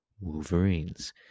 Wolverines